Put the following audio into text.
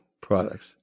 products